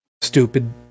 Stupid